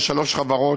יש שלוש חברות.